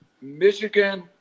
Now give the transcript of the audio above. Michigan